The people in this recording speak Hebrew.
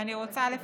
ואני רוצה לפרט: